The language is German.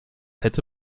hätte